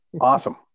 Awesome